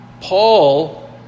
Paul